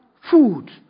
food